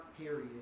period